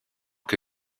que